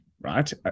right